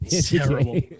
Terrible